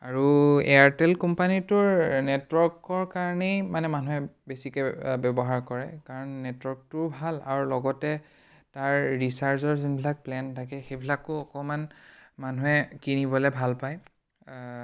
আৰু এয়াৰটেল কোম্পানীটোৰ নেটৱৰ্কৰ কাৰণেই মানে মানুহে বেছিকৈ ব্যৱহাৰ কৰে কাৰণ নেটৱৰ্কটোও ভাল আৰু লগতে তাৰ ৰিচাৰ্জৰ যোনবিলাক প্লেন থাকে সেইবিলাকো অকণমান মানুহে কিনিবলৈ ভাল পায়